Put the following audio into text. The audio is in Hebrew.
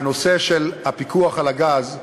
הנושא של הפיקוח על הגז,